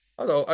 Hello